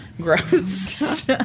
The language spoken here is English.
gross